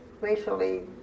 racially